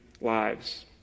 lives